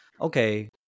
okay